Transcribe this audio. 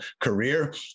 career